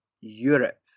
Europe